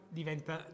diventa